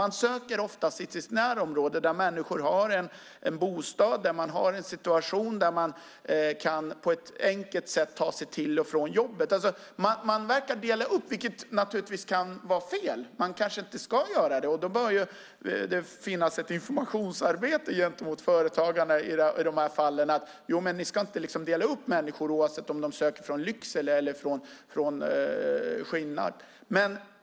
Man söker ofta i sitt närområde, där människor har en bostad och en situation där de på ett enkelt sätt kan ta sig till och från jobbet. Man verkar alltså dela upp detta. Det kan naturligtvis vara fel; man kanske inte ska göra det. Då bör det dock finnas ett informationsarbete gentemot företagarna i de här fallen, där vi säger: Ni ska inte dela upp människor oavsett om de söker från Lycksele eller Skinnarp.